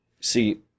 see